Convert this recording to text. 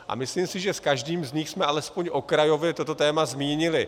A myslím si, že s každým z nich jsme alespoň okrajově toto téma zmínili.